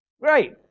great